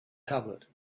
tablet